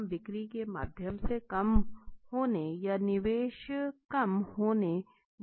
हम बिक्री की मात्रा कम होने या निवेश कम होने जैसे उदहारण भी ले सकते हैं